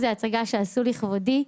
ראיתי שזו הצגה שעשו לכבודי.